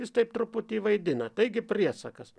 jis taip truputį vaidina taigi priesakas